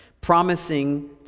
promising